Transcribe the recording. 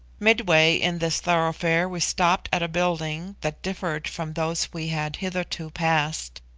midway in this thoroughfare we stopped at a building that differed from those we had hitherto passed,